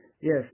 Yes